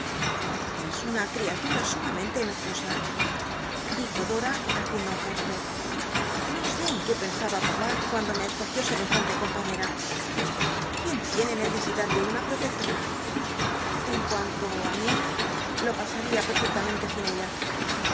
es una criatura sumamente enojosa dijo dora haciendo un gesto no sé en qué pensaba paptí cuando me escogió semejante compañera quén tiene necesidad de una pr otectora en cuanto í mí lo pasaría pel'fectamente sin ella